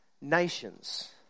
nations